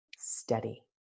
steady